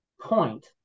point